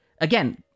again